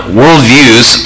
worldviews